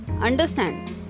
understand